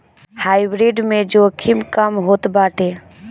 hybrid में जोखिम कम होत बाटे